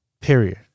Period